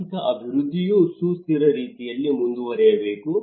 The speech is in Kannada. ಆರ್ಥಿಕ ಅಭಿವೃದ್ಧಿಯು ಸುಸ್ಥಿರ ರೀತಿಯಲ್ಲಿ ಮುಂದುವರಿಯಬೇಕು